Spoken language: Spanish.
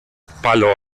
palo